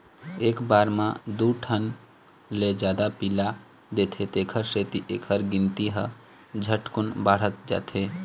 एक बार म दू ठन ले जादा पिला देथे तेखर सेती एखर गिनती ह झटकुन बाढ़त जाथे